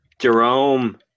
jerome